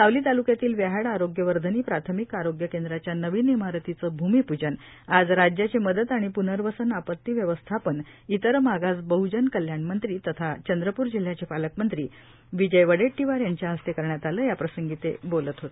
सावली तालुक्यातील व्याहाड आरोग्यवर्धिनी प्राथमिक आरोग्य केंद्राच्या नवीन इमारतीचे भूमिपूजन आज राज्याचे मदत व पूनर्वसन आपत्ती व्यवस्थापन इतर मागास बहजन कल्याणमंत्री तथा चंद्रपूर जिल्ह्याचे पालकमंत्री विजय वडेद्दीवार यांच्या हस्ते करण्यात आले याप्रसंगी ते बोलत होते